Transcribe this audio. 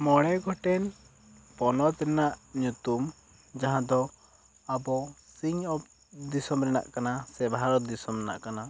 ᱢᱚᱬᱮ ᱜᱚᱴᱮᱱ ᱯᱚᱱᱚᱛ ᱨᱮᱱᱟᱜ ᱧᱩᱛᱩᱢ ᱡᱟᱦᱟᱸ ᱫᱚ ᱟᱵᱚ ᱥᱤᱧᱚᱛ ᱫᱤᱥᱚᱢ ᱨᱮᱱᱟᱜ ᱠᱟᱱᱟ ᱥᱮ ᱵᱷᱟᱨᱚᱛ ᱫᱤᱥᱚᱢ ᱨᱮᱱᱟᱜ ᱠᱟᱱᱟ